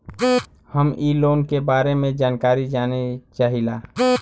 हम इ लोन के बारे मे जानकारी जाने चाहीला?